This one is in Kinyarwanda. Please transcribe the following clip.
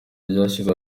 ryashyizwe